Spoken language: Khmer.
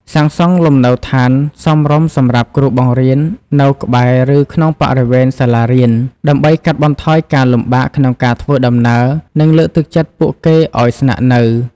សាងសង់លំនៅឋានសមរម្យសម្រាប់គ្រូបង្រៀននៅក្បែរ ឬក្នុងបរិវេណសាលារៀន ដើម្បីកាត់បន្ថយការលំបាកក្នុងការធ្វើដំណើរ និងលើកទឹកចិត្តពួកគេឱ្យស្នាក់នៅ។